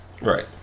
Right